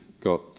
got